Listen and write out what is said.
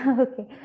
Okay